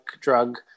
drug